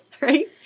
right